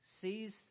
sees